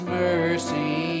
mercy